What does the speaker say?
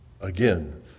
Again